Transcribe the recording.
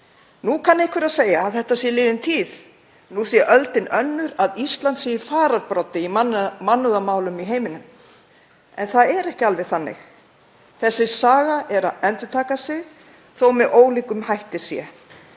Nú kann einhver að segja að þetta sé liðin tíð. Nú sé öldin önnur og að Ísland sé í fararbroddi í mannúðarmálum í heiminum. En það er ekki alveg þannig. Þessi saga er að endurtaka sig þó með ólíkum hætti sé.